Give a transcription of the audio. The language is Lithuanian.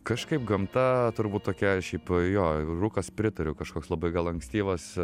kažkaip gamta turbūt tokia šiaip jo rūkas pritariu kažkoks labai gal ankstyvas